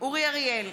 אורי אריאל,